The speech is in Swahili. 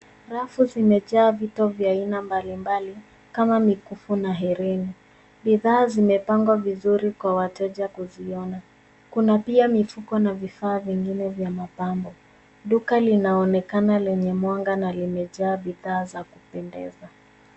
Rafu zimejaa vitu vya aina mbali mbali kama mikufu na herini. Bidhaa zimepangwa vizuri kwa wateja kuziona. Kuna pia mifuko na vifaa vingine vya mapambo. Duka linaonekana lenye mwanga na limejaa bidhaa za kupendeza.